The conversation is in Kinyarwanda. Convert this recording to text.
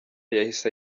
yahise